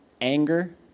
Anger